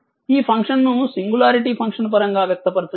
ఈ ఫంక్షన్ను singularity function పరంగా వ్యక్తపరచండి